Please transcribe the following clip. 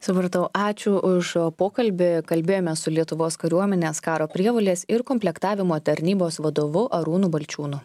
supratau ačiū už pokalbį kalbėjome su lietuvos kariuomenės karo prievolės ir komplektavimo tarnybos vadovu arūnu balčiūnu